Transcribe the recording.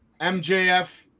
MJF